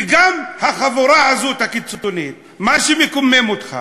וגם החבורה הזאת, הקיצונית, מה שמקומם אותך,